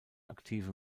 aktive